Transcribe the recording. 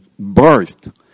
birthed